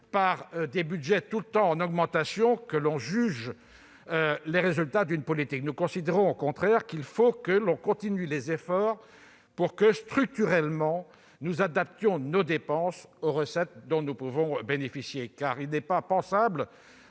par des budgets en constante augmentation que l'on juge les résultats d'une politique. Nous considérons au contraire qu'il faut continuer les efforts pour que, structurellement, nous adaptions nos dépenses aux recettes dont nous pouvons bénéficier. Il n'est pas pensable